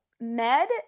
Med